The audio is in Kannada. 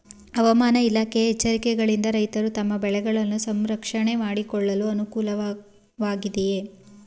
ಹವಾಮಾನ ಇಲಾಖೆಯ ಎಚ್ಚರಿಕೆಗಳಿಂದ ರೈತರು ತಮ್ಮ ಬೆಳೆಗಳನ್ನು ಸಂರಕ್ಷಣೆ ಮಾಡಿಕೊಳ್ಳಲು ಅನುಕೂಲ ವಾಗಿದೆಯೇ?